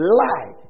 lie